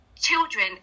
children